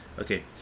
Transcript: Okay